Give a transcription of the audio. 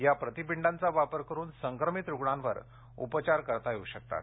या प्रतिपिंडांचा वापर करुन संक्रमित रुग्णांवर उपचार करता येऊ शकतात